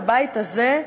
בבית הזה,